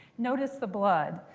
notice the blood.